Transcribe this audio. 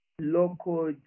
local